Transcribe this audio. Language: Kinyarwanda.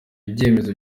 byemezo